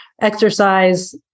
exercise